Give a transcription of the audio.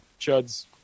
Chuds